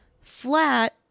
flat